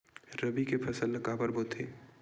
रबी के फसल ला काबर बोथे?